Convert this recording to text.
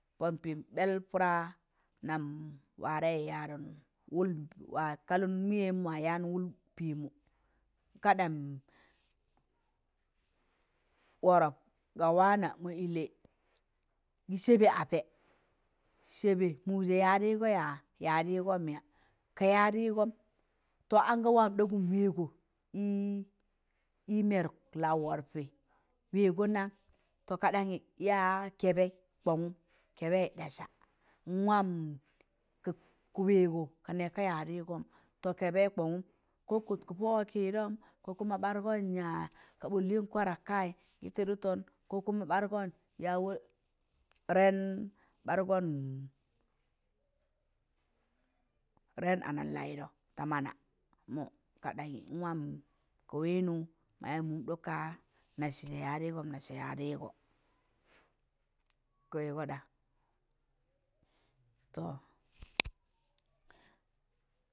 Pọn pịịm ɓẹl pụra nam warẹ yadọn wul wa kallụn mịyẹm wa yaan wụl pịịmọ kaɗam wọrọp ga waana mọ ịllẹ gị sẹbị apẹ sẹbẹ mụụzẹ yadịịgọ yaa ya dịịgọm ya ka yadịịgọm to an gaa wam ɗọgọm wẹẹgọ yadịịgọm ị mẹrụk laụ wọrọpị wẹẹgọ nan to ka ɗaniye ya kẹbẹị kọṇgụm kẹbẹị dasa nwam kak wẹẹgọ ka nẹka yadịịgọm to kẹbẹị kọṇgụm ko kọtkọ wọkịdọm ko kuma ɓa dụd gọn yaas kabụd lịịn kwadak kayị gị tịdụtọn ko kuma ɓarụd gọn ren ana laị dọ ta mana mọ ka ɗaṇyị a wam ka wẹẹnụ mọ ya mụm ɗọk kaa nassịje ya ɗịịgọm nassẹ yadịịgọ ka wẹẹgọ ɗa, tob